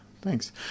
thanks